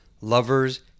Lovers